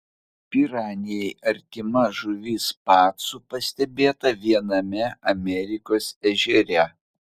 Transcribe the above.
piranijai artima žuvis pacu pastebėta viename amerikos ežere